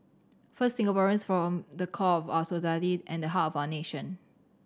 first Singaporeans form the core of our society and the heart of our nation